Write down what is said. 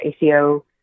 ACO